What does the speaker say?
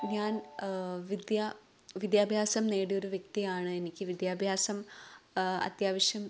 ഞാൻ വിദ്യ വിദ്യാഭ്യാസം നേടിയൊരു വ്യക്തിയാണ് എനിക്ക് വിദ്യാഭ്യാസം അത്യാവശ്യം